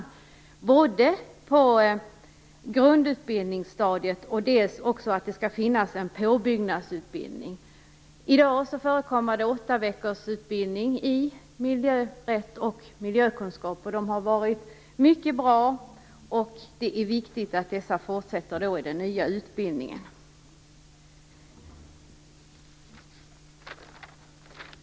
Det skall både finnas med på grundutbildningsstadiet och som påbyggnadsutbildning. I dag förekommer åtta veckors utbildning i miljörätt och miljökunskap, och det har varit mycket bra. Det är viktigt att detta fortsätter i den nya utbildningen. Fru talman!